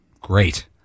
great